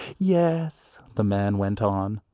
yes, the man went on,